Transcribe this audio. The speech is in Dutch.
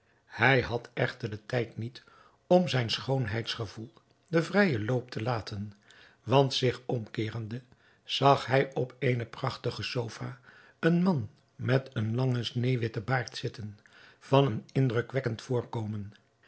hij had echter den tijd niet om zijn schoonheidsgevoel den vrijen loop te laten want zich omkeerende zag hij op eene prachtige sofa een man met een langen sneeuwwitten baard zitten van een indrukwekkend voorkomen